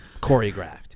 choreographed